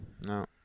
No